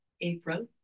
April